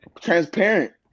Transparent